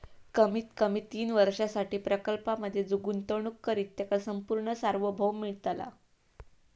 कमीत कमी तीन वर्षांसाठी प्रकल्पांमधे जो गुंतवणूक करित त्याका संपूर्ण सार्वभौम मिळतला